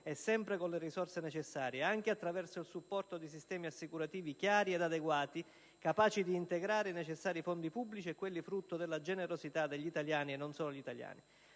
e sempre con le risorse necessarie, anche attraverso il supporto di sistemi assicurativi chiari ed adeguati, capaci di integrare i necessari fondi pubblici e quelli frutto della generosità degli italiani e non solo degli italiani.